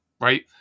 Right